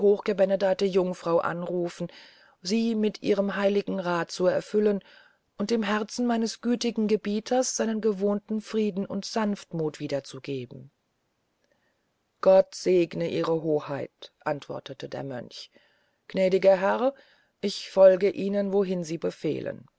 jungfrau anrufen sie mit ihrem heiligen rath zu erfüllen und dem herzen meines gütigen gebieters seinen gewohnten frieden und sanftmuth wieder zu geben gott segne ihre hoheit antwortete der mönch gnädiger herr ich folge ihnen wohin sie befehlen